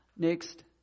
Next